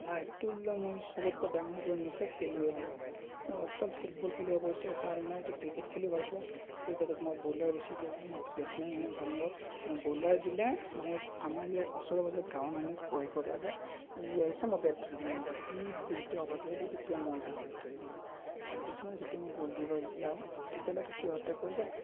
লাইফটোত লোৱা মোৰ চবতকৈ ডাঙৰ সপোন হৈছে খেলুৱৈ হোৱাৰ অকল ফুটবল খেলুৱৈ হ'ব ইচ্ছা আছে আৰু মই এতিয়া ক্ৰিকেট খেলিও ভালপাওঁ ক্ৰিকেটত মই ব'লাৰ বেছি ভালপাওঁ মই বেটছমেন মই ভাল নাপাওঁ মই ব'লাৰ দিলে মোৰ আমাৰ ইয়াৰ ওচৰে পাজৰে গাঁৱৰ মানুহে ভয় কৰে যে ই আহিছে মই বেট ধৰিবলৈ নাযাওঁ ই যেতিয়া অ'ভাৰটো শেষ হ'ব তেতিয়া মই যাম বেট ধৰিবলৈ আৰু কিছুমানে যেতিয়া মই বল দিব যাওঁ তেতিয়ালৈকে সিহঁতে কয় যে